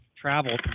travel